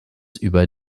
über